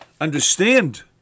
understand